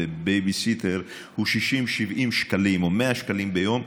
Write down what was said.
לבייביסיטר זה 60 70 שקלים או 100 שקלים ליום,